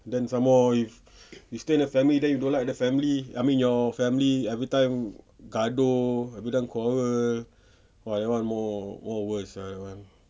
then some more if you stay in a family then you don't like the family I mean your family everytime gaduh everytime quarrel !wah! that one more more worse sia that one